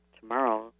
tomorrow